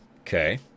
Okay